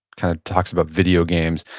kind of talks about video games,